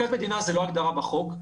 מכת מדינה זה לא הגדרה בחוק,